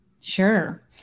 Sure